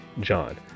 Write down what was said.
John